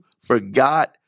forgot